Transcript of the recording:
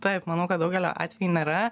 taip manau kad daugelio atvejų nėra